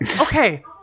okay